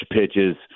pitches